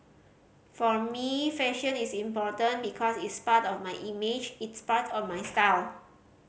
for me fashion is important because it's part of my image it's part of my style